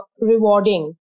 rewarding